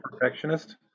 perfectionist